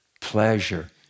pleasure